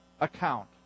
account